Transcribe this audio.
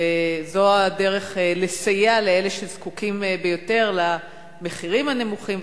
וזו הדרך לסייע לאלה שזקוקים ביותר למחירים הנמוכים,